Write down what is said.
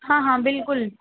ہاں ہاں بالکل